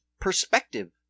perspective